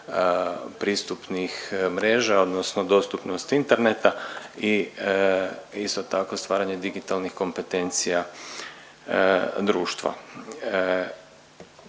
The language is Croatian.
pristupnih mreža odnosno dostupnost interneta i isto tako stvaranje digitalnih kompetencija društva.